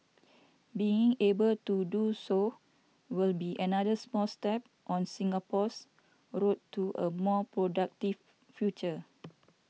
being able to do so will be another small step on Singapore's road to a more productive future